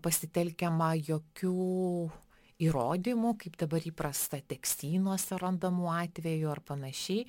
pasitelkiama jokių įrodymų kaip dabar įprasta tekstynuose randamų atvejų ar panašiai